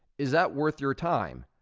is that worth your time?